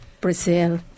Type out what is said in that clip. Brazil